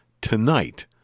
tonight